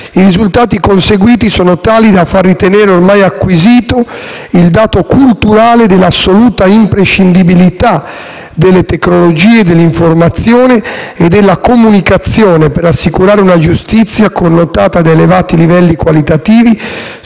i risultati conseguiti sono tali da far ritenere ormai acquisito il dato culturale dell'assoluta imprescindibilità delle tecnologie dell'informazione e della comunicazione, per assicurare una giustizia connotata da elevati livelli qualitativi